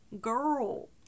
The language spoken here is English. girl